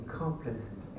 complement